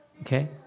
okay